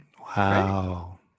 Wow